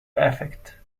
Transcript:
effect